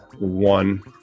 one